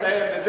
ישראל ביתנו?